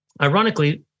ironically